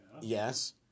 yes